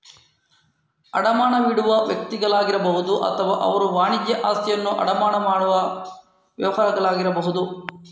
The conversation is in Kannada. ಅಡಮಾನವಿಡುವ ವ್ಯಕ್ತಿಗಳಾಗಿರಬಹುದು ಅಥವಾ ಅವರು ವಾಣಿಜ್ಯ ಆಸ್ತಿಯನ್ನು ಅಡಮಾನ ಮಾಡುವ ವ್ಯವಹಾರಗಳಾಗಿರಬಹುದು